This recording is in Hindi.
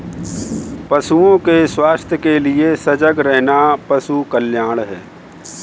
पशुओं के स्वास्थ्य के लिए सजग रहना पशु कल्याण है